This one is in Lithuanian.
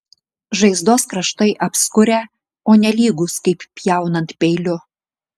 žaizdos kraštai apskurę o ne lygūs kaip pjaunant peiliu